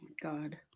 God